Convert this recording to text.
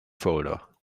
folder